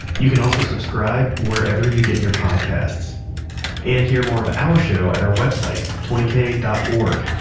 you can also subscribe wherever you get your podcasts and hear more of our show at our website twenty k dot org,